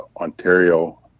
Ontario